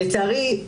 לצערי,